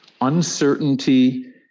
uncertainty